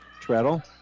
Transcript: treadle